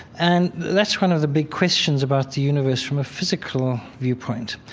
and that's one of the big questions about the universe from a physical viewpoint.